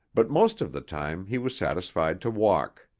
but most of the time he was satisfied to walk.